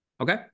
Okay